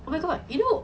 okay okay